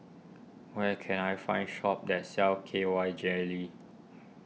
where can I find shop that sells K Y Jelly